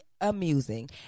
amusing